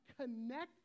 connect